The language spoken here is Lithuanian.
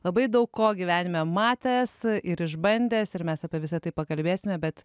labai daug ko gyvenime matęs ir išbandęs ir mes apie visa tai pakalbėsime bet